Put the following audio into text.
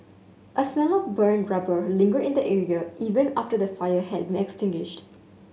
a smell of burnt rubber lingered in the area even after the fire had extinguished